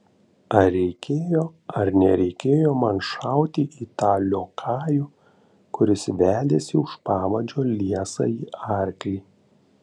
ar reikėjo ar nereikėjo man šauti į tą liokajų kuris vedėsi už pavadžio liesąjį arklį